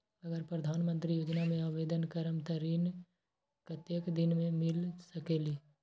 अगर प्रधानमंत्री योजना में आवेदन करम त ऋण कतेक दिन मे मिल सकेली?